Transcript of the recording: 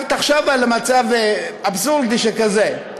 תחשוב על מצב אבסורדי שכזה: